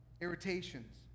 irritations